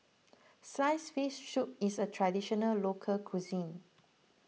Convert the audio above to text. Sliced Fish Soup is a Traditional Local Cuisine